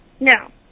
No